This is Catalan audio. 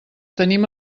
tenim